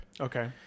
Okay